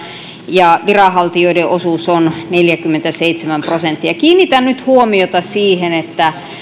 ja viranhaltijoiden osuus on neljäkymmentäseitsemän prosenttia kiinnitän nyt huomiota siihen että